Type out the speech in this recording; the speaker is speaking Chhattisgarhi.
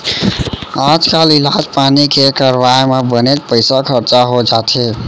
आजकाल इलाज पानी के करवाय म बनेच पइसा खरचा हो जाथे